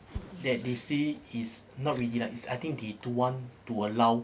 that they say is not really lah is I think they don't want to allow